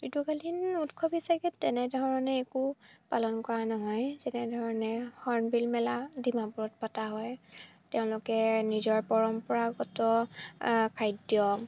ঋতুকালীন উৎসৱ হিচাপে তেনেধৰণে একো পালন কৰা নহয় যেনেধৰণে হৰ্ণবিল মেলা ডিমাপুৰত পতা হয় তেওঁলোকে নিজৰ পৰম্পৰাগত খাদ্য